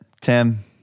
tim